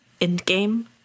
endgame